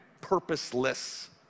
purposeless